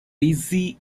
ritzy